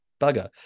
bugger